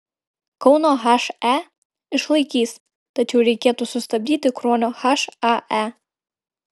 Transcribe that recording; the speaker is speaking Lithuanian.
kauno he išlaikys tačiau reikėtų sustabdyti kruonio hae